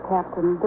Captain